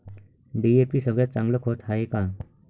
DAP सगळ्यात चांगलं खत हाये का?